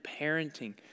parenting